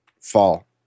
fall